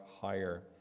higher